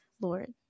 Lord